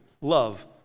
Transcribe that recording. Love